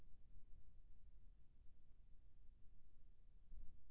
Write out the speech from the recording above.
फोरन ला लुए के बाद ओकर कंनचा हर कैसे जाही?